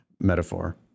metaphor